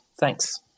Thanks